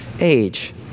age